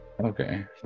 Okay